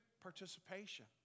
participation